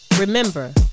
Remember